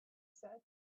said